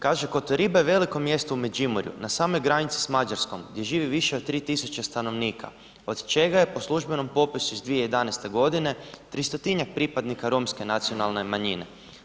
Kaže Kotoriba je veliko mjesto u Međimorju na samoj granici s Mađarskom, gdje živi više od 3.000 stanovnika, od čega je po službenom popisu iz 2011. godine 300-tinjak pripadnika romske nacionalne manjine.